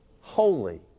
holy